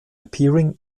appearing